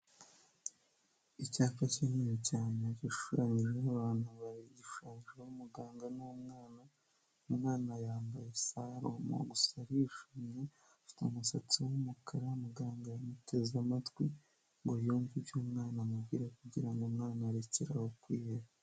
Icyapa kinini cyane yashushanyije n'abantu babiri gishunjemo umuganga n'umwana, umwana yambaye salomo gusa arishimye afite umusatsi w'umukara, muganga yamuteze amatwi, ngo yumve ibyo umwana amubwira, kugira ngo umwana akereraho kwiheba.